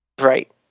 Right